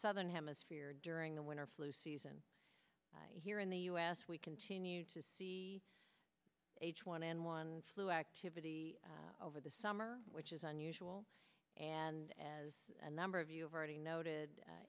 southern hemisphere during the winter flu season here in the u s we continue to see h one n one flu activity over the summer which is unusual and as a number of you have already noted